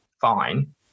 fine